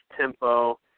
tempo